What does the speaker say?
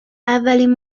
اولین